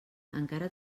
encara